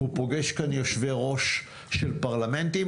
הוא פוגש כאן יושבי-ראש של פרלמנטים.